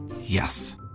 Yes